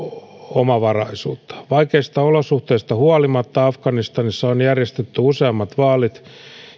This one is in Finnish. omavaraisuutta vaikeista olosuhteista huolimatta afganistanissa on järjestetty useammat vaalit